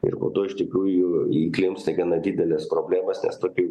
ir po to iš tikrųjų įklimpsta į gana dideles problemas tes tokių